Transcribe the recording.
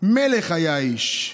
מלך היה האיש.